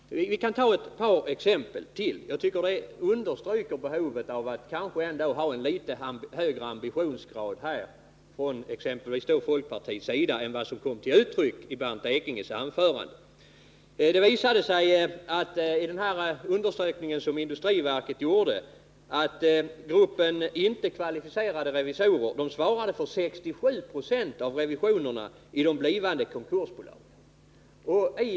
Jag kan ta ett par exempel till som understryker behovet av att ha en litet högre ambitionsgrad från exempelvis folkpartiets sida än vad som kom till Nr 28 uttryck i Bernt Ekinges anförande. Onsdagen den Det visade sig vid den undersökning som industriverket gjorde att gruppen 14 november 1979 icke kvalificerade revisorer svarade för 67 96 av revisionerna i de blivande konkursbolagen.